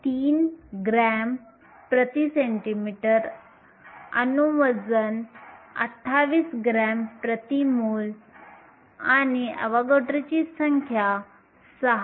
3 g cm 3 अणू वजन 28 g mole 1 आणि अवोगॅड्रोची संख्या 6